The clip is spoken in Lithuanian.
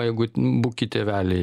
jeigu buki tėveliai